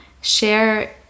share